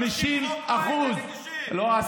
אם אנחנו לא היינו מגישים חוק,